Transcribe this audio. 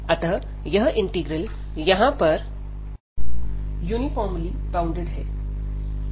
अतः यह इंटीग्रल यहां पर यूनिफार्मली बाउंडेड हैं